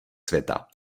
světa